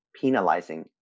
penalizing